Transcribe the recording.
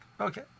Okay